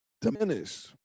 diminish